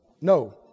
No